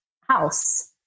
house